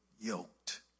yoked